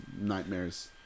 nightmares